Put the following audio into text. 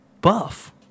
Buff